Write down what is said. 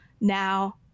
now